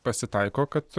pasitaiko kad